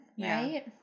right